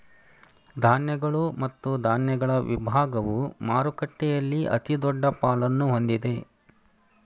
ಧಾನ್ಯಗಳು ಮತ್ತು ಧಾನ್ಯಗಳ ವಿಭಾಗವು ಮಾರುಕಟ್ಟೆಯಲ್ಲಿ ಅತಿದೊಡ್ಡ ಪಾಲನ್ನು ಹೊಂದಿದೆ